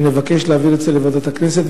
שנבקש להעביר אותו לוועדת הכנסת,